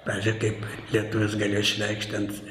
pavyzdžiui kaip lietuvis galėjo išreikšt ten